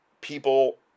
people